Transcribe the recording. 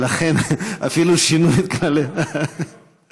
ולכן אפילו שינו את כללי הפרוטוקול,